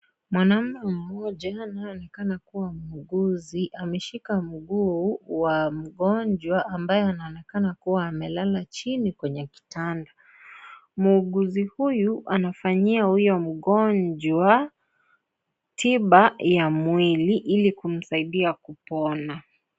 Mwanaume mmoja anayeonekana kuwa muuguzi ameshika miguu wa mgonjwa ambaye anaonekana kuwa amelala chini kwenye kitanda. Muuguzi huyu anafanyia huyo mgonjwa tiba ya mwili ili kumsaidia kupona.